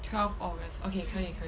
twelve august okay 可以可以